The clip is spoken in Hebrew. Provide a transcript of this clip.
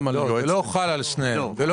לא, זה לא חל על שניהם.